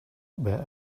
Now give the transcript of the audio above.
were